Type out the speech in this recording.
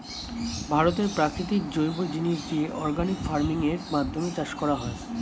ভারতে প্রাকৃতিক জৈব জিনিস দিয়ে অর্গানিক ফার্মিং এর মাধ্যমে চাষবাস করা হয়